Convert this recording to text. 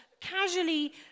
casually